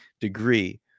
degree